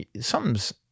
something's